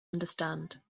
understand